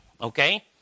okay